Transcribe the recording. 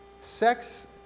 Sex